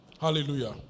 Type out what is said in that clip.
Hallelujah